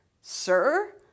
Sir